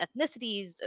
ethnicities